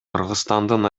кыргызстандын